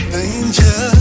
Danger